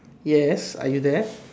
yes are you there